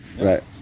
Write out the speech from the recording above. Right